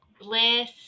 bliss